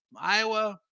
Iowa